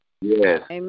Yes